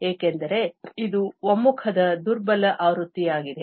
ಏಕೆಂದರೆ ಇದು ಒಮ್ಮುಖದ ದುರ್ಬಲ ಆವೃತ್ತಿಯಾಗಿದೆ